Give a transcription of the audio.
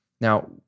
Now